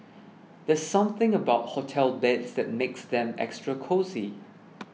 there something about hotel beds that makes them extra cosy